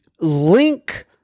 link